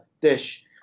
dish